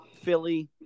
Philly